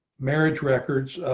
marriage records.